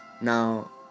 now